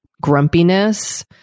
grumpiness